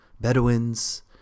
Bedouins